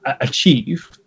achieve